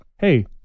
Hey